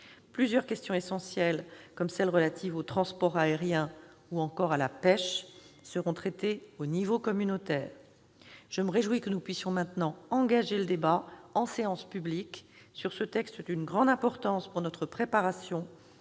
Plusieurs questions essentielles, comme celles qui sont relatives au transport aérien ou encore à la pêche, seront traitées au niveau communautaire. Je me réjouis que nous puissions maintenant engager le débat en séance publique sur ce texte d'une grande importance pour notre préparation,